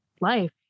life